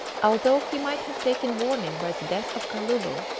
although he might have taken warning by the death of kalulu,